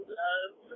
love